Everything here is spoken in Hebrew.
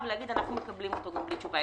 ולהגיד אנחנו מקבלים אותו גם בלי תשובה,